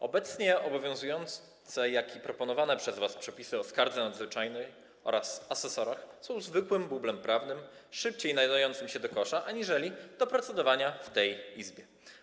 Obecnie obowiązujące, jak i proponowane przez was przepisy o skardze nadzwyczajnej oraz asesorach są zwykłym bublem prawnym, szybciej nadającym się do kosza aniżeli do procedowania w tej Izbie.